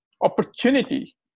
opportunity